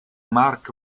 mark